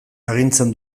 agintzen